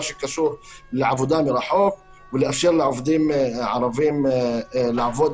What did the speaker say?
שקשור לעבודה מרחוק ולאפשר לעובדים הערבים לעבוד